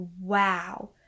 wow